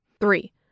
Three